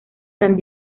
san